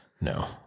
no